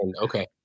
Okay